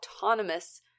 autonomous